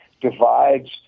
divides